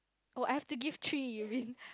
oh I have to give three you mean